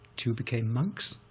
two became monks,